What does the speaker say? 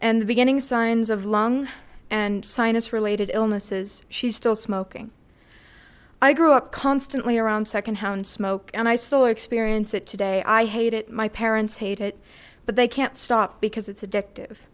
the beginning signs of lung and sinus related illnesses she's still smoking i grew up constantly around secondhand smoke and i still experience it today i hate it my parents hate it but they can't stop because it's addictive